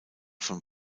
von